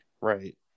Right